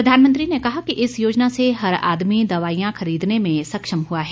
प्रधानमंत्री ने कहा कि इस योजना से हर आदमी दवाइयां खरीदने में सक्षम हुआ है